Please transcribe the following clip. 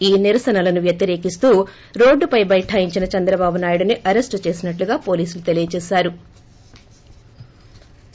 ఈ నిరసనలను వ్యతిరేకిస్తూ రోడ్డుపై బైఠాయించిన చంద్రబాబు నాయుడుని అరెస్టు చేసి నట్లు పోలీసులు తెలియజేశారు